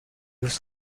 was